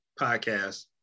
podcast